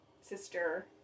sister